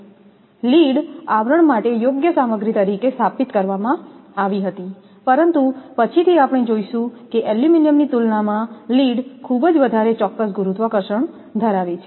lead આવરણ માટે યોગ્ય સામગ્રી તરીકે સ્થાપિત કરવામાં આવી હતી પરંતુ પછીથી આપણે જોઈશું કે એલ્યુમિનિયમની તુલનામાં લીડ ખૂબ જ વધારે ચોક્કસ ગુરુત્વાકર્ષણ ધરાવે છે